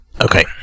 okay